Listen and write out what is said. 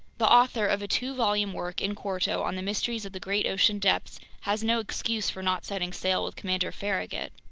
the author of a two-volume work, in quarto, on the mysteries of the great ocean depths has no excuse for not setting sail with commander farragut.